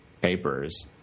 papers